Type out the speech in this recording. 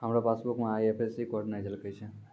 हमरो पासबुक मे IFSC code नै झलकै छै